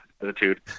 attitude